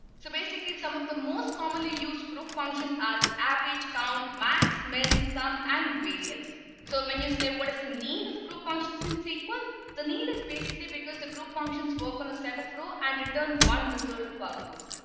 so basically some of the most commonly used group functions are the average count max min some and variance so when you say what is the need of group functions in sql the need is basically because the group functions work on a set of row and return one result per but group.